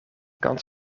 kans